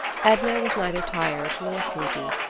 edna was neither tired nor sleepy.